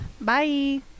Bye